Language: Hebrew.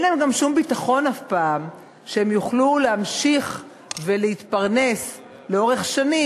גם אין להם שום ביטחון אף פעם שהם יוכלו להמשיך ולהתפרנס לאורך שנים.